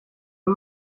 nur